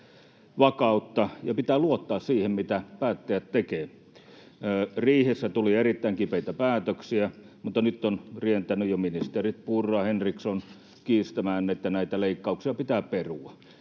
ja pitää luottaa siihen, mitä päättäjät tekevät. Riihessä tuli erittäin kipeitä päätöksiä, mutta nyt ovat rientäneet jo ministerit Purra ja Henriksson kiistämään, että näitä leikkauksia pitää perua.